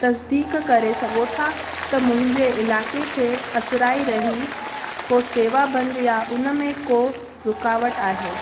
तस्दीक करे सघो था त मुंहिंजे इलाइक़े खे असिराई रही को सेवाबंद यां उन में को रुकावटु आहे